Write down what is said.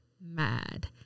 mad